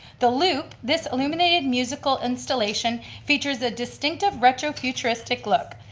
the loops, this illuminated musical installation features a distinctive retro-futuristic look.